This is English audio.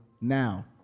now